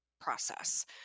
process